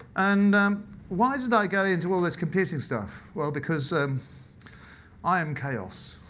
and why did i go into all this computing stuff? well, because um i am chaos.